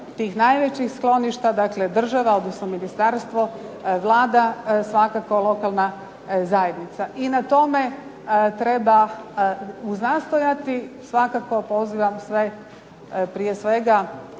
tih najvećih skloništa, država odnosno Ministarstvo Vlada svakako lokalna zajednica. I na tome treba uznastojati i svakako pozivam sve prije svega